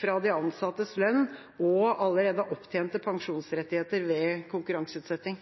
fra de ansattes lønn og allerede opptjente pensjonsrettigheter ved konkurranseutsetting.